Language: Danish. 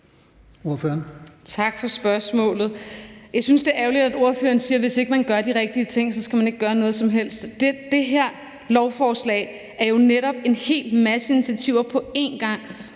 Tak for spørgsmålet. Jeg synes, det er ærgerligt, at ordføreren siger, at hvis ikke man gør de rigtige ting, så skal man ikke gøre noget som helst. Det her lovforslag er jo netop en hel masse initiativer på én gang,